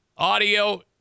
Audio